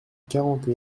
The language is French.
quarante